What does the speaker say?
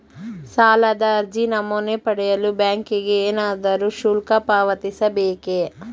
ಸಾಲದ ಅರ್ಜಿ ನಮೂನೆ ಪಡೆಯಲು ಬ್ಯಾಂಕಿಗೆ ಏನಾದರೂ ಶುಲ್ಕ ಪಾವತಿಸಬೇಕೇ?